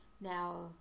now